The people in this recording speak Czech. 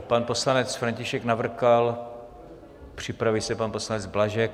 Pan poslanec František Navrkal, připraví se pan poslanec Blažek.